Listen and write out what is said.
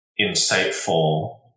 insightful